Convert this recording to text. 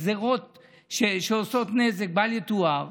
את הגזרות שעושות נזק בל יתואר,